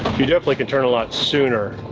you definitely can turn a lot sooner.